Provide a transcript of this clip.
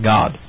God